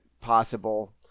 possible